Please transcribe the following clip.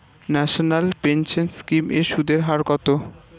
National pension scheme এর সুদের হার কত?